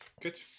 good